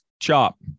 Chop